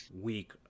week